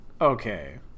okay